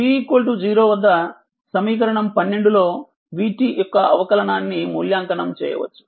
t 0 వద్ద సమీకరణం 12 లో vt యొక్క అవకాలనాన్ని మూల్యాంకనం చేయవచ్చు